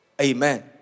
Amen